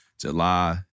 July